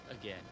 again